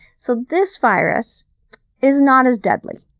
so this virus is not as deadly.